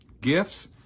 gifts